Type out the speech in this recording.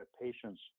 patients